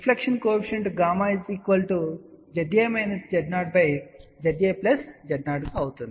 reflection coefficient ΓZ A−Z0Z AZ0 గా అవుతుంది